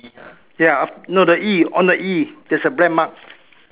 ya no the E on the E there is a black mark